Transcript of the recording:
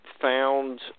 found